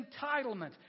entitlement